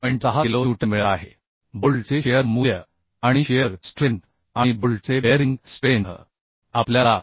6 kilo newton मिळत आहे बोल्टचे शिअर मूल्य आणि शिअर स्ट्रेंथ आणि बोल्टचे बेअरिंग स्ट्रेंथ आपल्याला 72